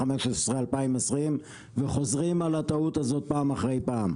2015-2020 וחוזרים על הטעות הזאת פעם אחרי פעם.